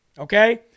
Okay